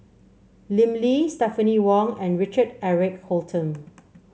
Lim Lee Stephanie Wong and Richard Eric Holttum